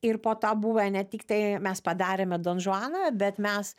ir po to buvę ne tiktai mes padarėme don žuaną bet mes